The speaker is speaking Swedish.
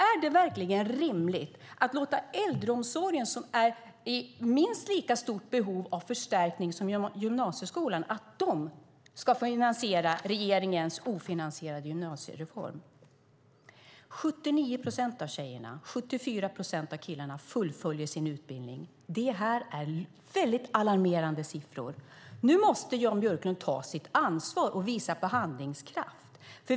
Är det verkligen rimligt att låta äldreomsorgen, som är i minst lika stort behov av förstärkning som gymnasieskolan, finansiera regeringens ofinansierade gymnasiereform? 79 procent av tjejerna och 74 procent av killarna fullföljer sin utbildning. Det är väldigt alarmerande siffror. Nu måste Jan Björklund ta sitt ansvar och visa på handlingskraft.